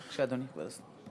בבקשה, אדוני כבוד השר.